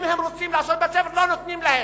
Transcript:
אם הם רוצים לעשות בית-ספר, לא נותנים להם.